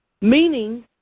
meaning